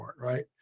right